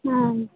ம்